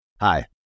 Hi